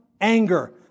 anger